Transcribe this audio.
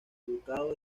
ducado